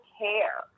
care